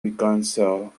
reconcile